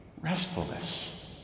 restfulness